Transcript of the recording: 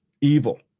evil